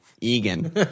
Egan